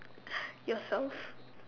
yourself